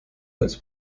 als